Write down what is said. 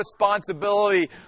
responsibility